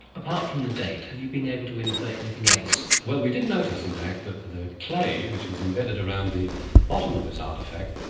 apart from the date, have you been able to infer anything else? well, we did notice in fact that the clay, which was imbedded around the bottom of this artefact,